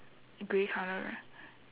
grey colour right